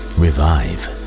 revive